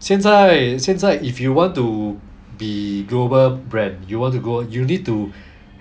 现在现在 if you want to be global brand you want to go you need to